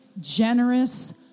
Generous